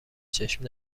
چشم